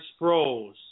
Sproles